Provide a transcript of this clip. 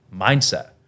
mindset